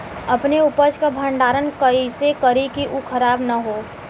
अपने उपज क भंडारन कइसे करीं कि उ खराब न हो?